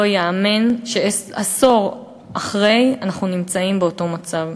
לא ייאמן שעשור אחרי אנחנו נמצאים באותו מצב.